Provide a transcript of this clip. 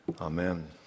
Amen